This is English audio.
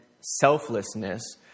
selflessness